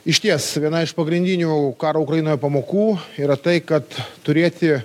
išties viena iš pagrindinių karo ukrainoje pamokų yra tai kad turėti